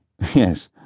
Yes